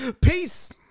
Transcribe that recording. peace